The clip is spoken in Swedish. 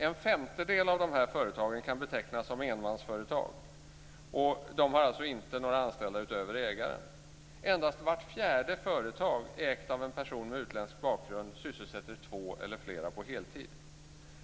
En femtedel av de här företagen kan betecknas som enmansföretag. De har alltså inte några anställda utöver ägaren. Endast vart fjärde företag ägt av en person med utländsk bakgrund sysselsätter två eller flera på heltid.